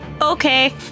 Okay